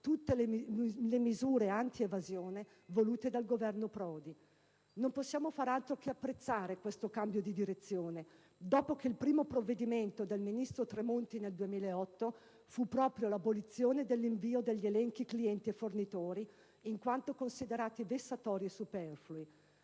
tutte le misure antievasione volute dal Governo Prodi. Non possiamo far altro che apprezzare questo cambio di direzione, dopo che il primo provvedimento del ministro Tremonti nel 2008 fu proprio l'abolizione dell'invio degli elenchi clienti e fornitori, in quanto considerato vessatorio e superfluo.